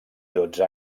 dotze